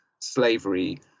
slavery